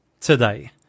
today